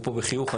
אפרופו בחיוך,